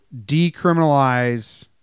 decriminalize